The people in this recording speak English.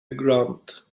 grunt